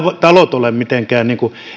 talot ole mitenkään